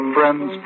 Friends